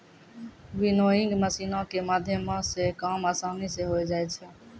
winnowing मशीनो के माध्यमो से काम असानी से होय जाय छै